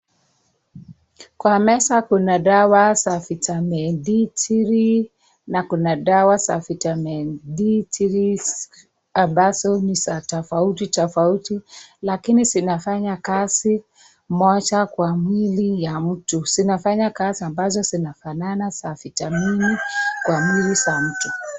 Kwa meza Kuna dawa za vitamin D3,na Kuna dawa za vitamin D3, ambazo ni za tofauti tofauti lakini zinafanya kazi moja kwa miwili ya mtu, zinafanya kazi ambazo zinafanana za vitamin, kwa miwili za mtu.